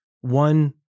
one